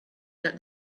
that